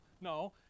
No